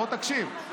בוא תקשיב.